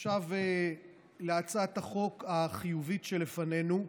עכשיו להצעת החוק החיובית שלפנינו,